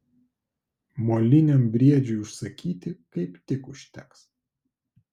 moliniam briedžiui užsakyti kaip tik užteks